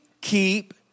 keep